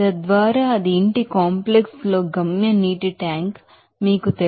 తద్వారా అది ఇంటి కాంప్లెక్స్ లో గమ్య నీటి ట్యాంక్ మీకు తెలుసు